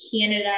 Canada